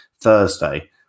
Thursday